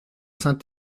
saint